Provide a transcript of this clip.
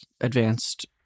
advanced